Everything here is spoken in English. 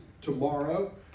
tomorrow